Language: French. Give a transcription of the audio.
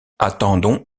attendons